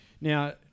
Now